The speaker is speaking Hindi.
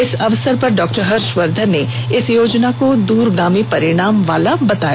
इस अवसर पर डॉक्टर हर्षवर्धन ने इस योजना को दूरगामी परिणाम वाला बताया